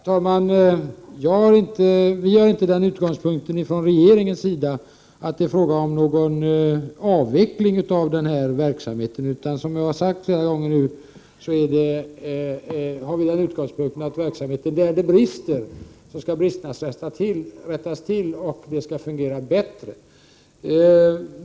Herr talman! Vi har inte från regeringens sida den utgångspunkten att det är fråga om någon avveckling av den här verksamheten. Som jag har sagt flera gånger nu, har vi den utgångspunkten att där det brister skall bristerna avhjälpas — och att det skall fungera bättre.